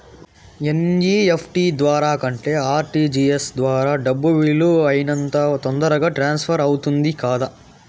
NEFT ద్వారా కంటే RTGS ద్వారా డబ్బు వీలు అయినంత తొందరగా ట్రాన్స్ఫర్ అవుతుంది కదా